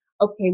Okay